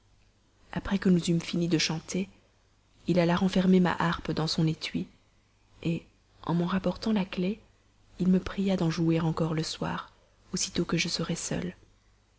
après que nous eûmes fini de chanter il alla renfermer ma harpe dans son étui en m'en rapportant la clef il me pria d'en jouer encore le soir aussitôt que je serais seule